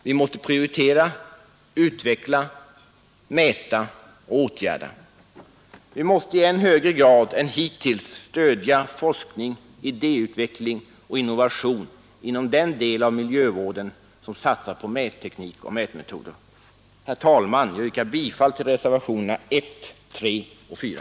Vi måste prioritera, utveckla, mäta och åtgärda. Vi måste i än högre grad än hittills stödja forskning, idéutveckling och innovation inom den del av miljövården som satsar på mätteknik och mätmetoder. Herr talman! Jag yrkar bifall till reservationerna 1, 3 och 4.